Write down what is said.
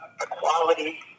equality